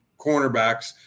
cornerbacks